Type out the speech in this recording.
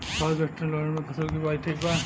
South western lowland में फसलों की बुवाई ठीक बा?